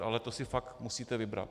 Ale to si fakt musíte vybrat.